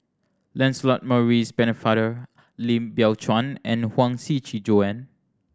Lancelot Maurice Pennefather Lim Biow Chuan and Huang Shiqi Joan